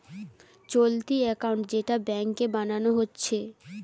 চলতি একাউন্ট যেটা ব্যাংকে বানানা হচ্ছে